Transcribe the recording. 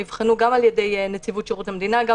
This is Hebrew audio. נבחנו גם על-ידי נציבות שירות המדינה וגם